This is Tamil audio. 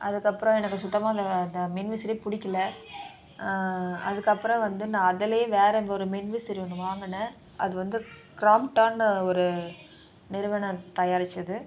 அதுக்கப்புறம் எனக்கு சுத்தமாக அந்த அந்த மின்விசிறி பிடிக்கல அதுக்கப்புறம் வந்து நான் அதுலேயே வேறு ஒரு மின்விசிறி ஒன்று வாங்கினேன் அது வந்து க்ராம்ப்டான்னு ஒரு நிறுவனர் தயாரித்தது